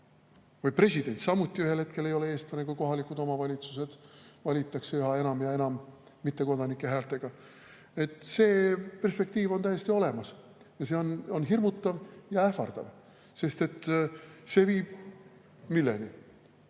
president samuti ühel hetkel ei ole eestlane, kui kohalikud omavalitsused valitakse üha enam ja enam mittekodanike häältega. See perspektiiv on täiesti olemas. See on hirmutav ja ähvardav, sest see viib – milleni